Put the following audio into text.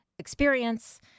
experience